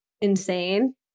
insane